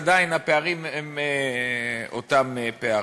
עדיין הפערים הם אותם פערים.